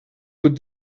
put